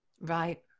Right